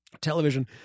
television